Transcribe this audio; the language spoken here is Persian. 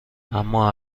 اما